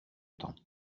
temps